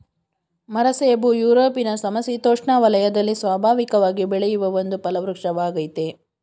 ಮರಸೇಬು ಯುರೊಪಿನ ಸಮಶಿತೋಷ್ಣ ವಲಯದಲ್ಲಿ ಸ್ವಾಭಾವಿಕವಾಗಿ ಬೆಳೆಯುವ ಒಂದು ಫಲವೃಕ್ಷವಾಗಯ್ತೆ